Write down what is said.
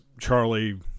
Charlie